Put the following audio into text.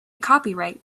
copyright